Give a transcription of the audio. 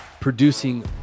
producing